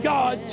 God